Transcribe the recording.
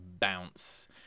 bounce